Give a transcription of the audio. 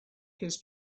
his